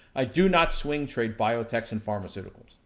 i do not swing trade biotech's and pharmaceuticals,